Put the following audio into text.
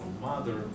mother